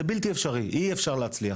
אי אפשר להצליח.